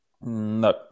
no